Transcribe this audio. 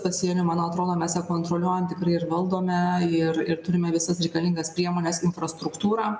pasieniu man atrodo mes ją kontroliuojam tikrai ir valdome ir ir turime visas reikalingas priemones infrastruktūrą